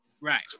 Right